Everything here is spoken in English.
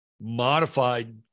modified